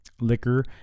liquor